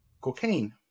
cocaine